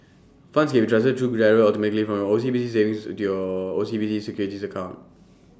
funds can be transferred through GIRO automatically from your O C B C savings still O C B C securities account